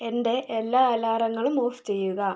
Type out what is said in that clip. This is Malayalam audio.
എൻ്റെ എല്ലാ അലാറങ്ങളും ഓഫ് ചെയ്യുക